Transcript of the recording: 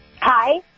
Hi